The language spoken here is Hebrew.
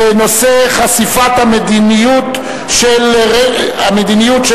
בנושא: חשיפת המדיניות